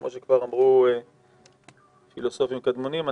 כפי שכבר אמרו פילוסופים קדמונים,